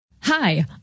Hi